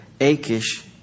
Achish